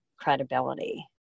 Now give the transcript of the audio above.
credibility